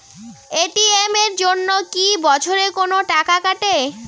ATM এর জন্যে কি বছরে কোনো টাকা কাটে?